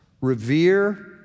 revere